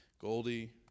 Goldie